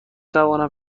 توانم